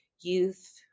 youth